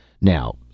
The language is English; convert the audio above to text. Now